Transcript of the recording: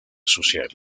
social